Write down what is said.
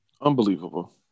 Unbelievable